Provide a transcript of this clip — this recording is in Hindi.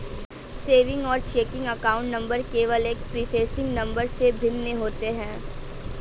सेविंग्स और चेकिंग अकाउंट नंबर केवल एक प्रीफेसिंग नंबर से भिन्न होते हैं